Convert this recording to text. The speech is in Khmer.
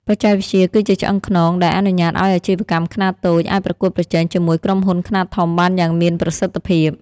បច្ចេកវិទ្យាគឺជាឆ្អឹងខ្នងដែលអនុញ្ញាតឱ្យអាជីវកម្មខ្នាតតូចអាចប្រកួតប្រជែងជាមួយក្រុមហ៊ុនខ្នាតធំបានយ៉ាងមានប្រសិទ្ធភាព។